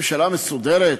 ממשלה מסודרת,